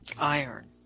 Iron